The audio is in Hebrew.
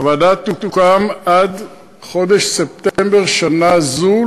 הוועדה תוקם עד חודש ספטמבר שנה זו,